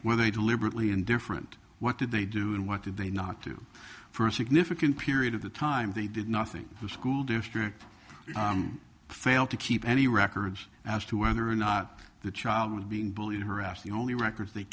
when they deliberately indifferent what did they do and what did they not do first significant period of the time they did nothing the school district failed to keep any records as to whether or not the child was being bullied or harassed the only records they